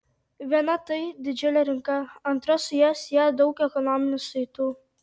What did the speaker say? viena tai didžiulė rinka antra su ja sieja daug ekonominių saitų